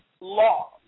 law